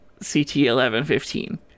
ct1115